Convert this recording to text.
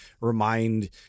remind